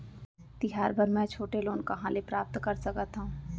तिहार बर मै छोटे लोन कहाँ ले प्राप्त कर सकत हव?